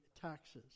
taxes